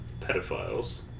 pedophiles